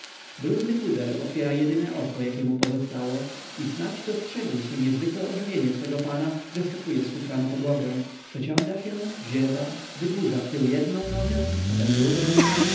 brudny pudel otwiera jedyne oko jakie mu pozostało i snać dostrzegłszy niezwykłe ożywienie swego pana zeskakuje z kufra na podłogę przeciąga się ziewa wydłuża wtył jednę nogę potem drugą nogę